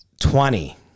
Twenty